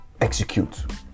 execute